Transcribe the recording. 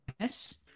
Yes